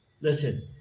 Listen